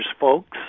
folks